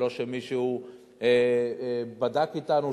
ללא שמישהו בדק אתנו,